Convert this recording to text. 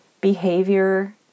behavior